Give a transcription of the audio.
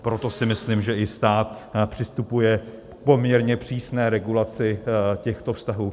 Proto si myslím, že i stát přistupuje k poměrně přísné regulaci těchto vztahů.